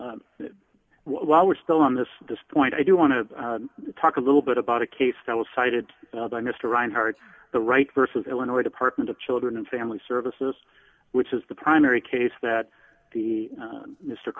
while we're still on this this point i do want to talk a little bit about a case that was cited by mr rinehart the right versus illinois department of children and family services which is the primary case that the